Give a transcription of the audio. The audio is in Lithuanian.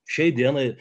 šiai dienai